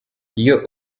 iyo